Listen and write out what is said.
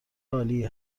عالی